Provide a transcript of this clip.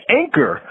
anchor